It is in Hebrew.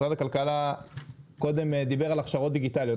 משרד הכלכלה דיבר קודם על הכשרות דיגיטליות.